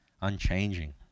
unchanging